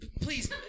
Please